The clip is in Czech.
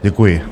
Děkuji.